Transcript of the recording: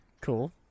Cool